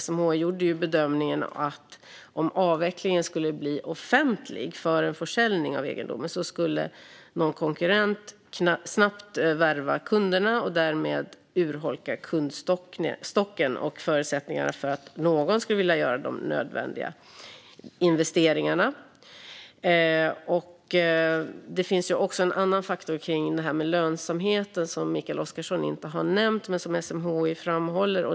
SMHI gjorde bedömningen att om avvecklingen skulle bli offentlig före en försäljning av egendomen skulle någon konkurrent snabbt värva kunderna och därmed urholka kundstocken och förutsättningarna för att någon skulle vilja göra de nödvändiga investeringarna. Det finns också en annan faktor beträffande lönsamhet, som Mikael Oscarsson inte har nämnt men som SMHI framhåller.